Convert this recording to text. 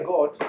God